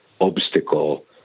obstacle